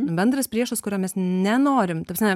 bendras priešas kurio mes nenorim ta prasme